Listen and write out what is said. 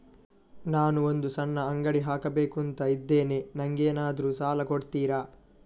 ನಾನು ಒಂದು ಸಣ್ಣ ಅಂಗಡಿ ಹಾಕಬೇಕುಂತ ಇದ್ದೇನೆ ನಂಗೇನಾದ್ರು ಸಾಲ ಕೊಡ್ತೀರಾ?